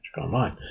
Online